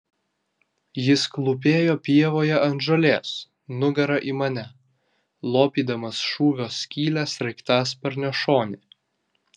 jis klūpėjo pievoje ant žolės nugara į mane lopydamas šūvio skylę sraigtasparnio šone